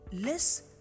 less